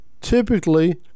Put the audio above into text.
typically